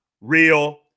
real